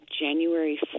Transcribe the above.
January